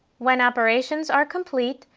when operations are complete,